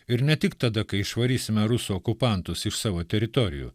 ir ne tik tada kai išvarysime rusų okupantus iš savo teritorijų